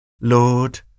Lord